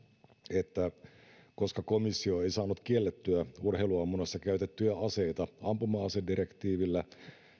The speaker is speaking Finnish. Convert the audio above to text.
että koska komissio ei saanut kiellettyä urheiluammunnassa käytettyjä aseita ampuma asedirektiivillä